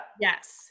Yes